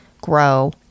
grow